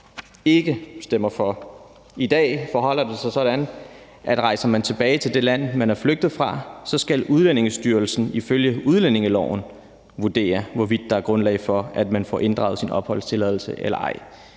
I dag forholder det sig sådan, at rejser man tilbage til det land, man er flygtet fra, skal Udlændingestyrelsen ifølge udlændingeloven vurdere, hvorvidt der er grundlag for, at man får inddraget sin opholdstilladelse eller ej.